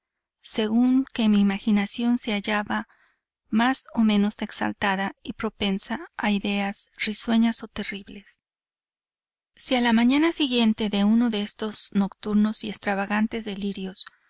según que mi imaginación se hallaba más o menos exaltada y propensa a ideas risueñas o terribles si a la mañana siguiente de uno de estos nocturnos y extravagantes delirios